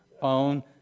phone